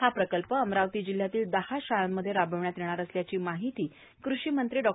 हा प्रकल्प अमरावती जिल्ह्यातील दहा शाळांमध्ये राबविण्यात येणार असल्याची माहिती कृषी मंत्री डॉ